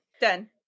Done